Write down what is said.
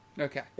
Okay